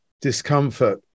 discomfort